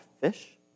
fish